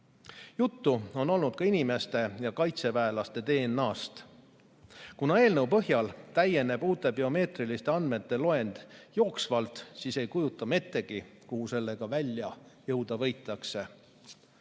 Juttu on olnud ka inimeste ja kaitseväelaste DNA‑st. Kuna eelnõu põhjal täieneb uute biomeetriliste andmete loend jooksvalt, siis ei kujuta me ettegi, kuhu sellega välja võidakse